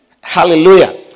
Hallelujah